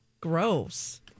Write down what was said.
Gross